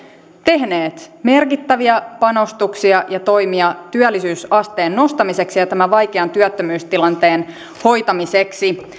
tehneet merkittäviä panostuksia ja toimia työllisyysasteen nostamiseksi ja tämän vaikean työttömyystilanteen hoitamiseksi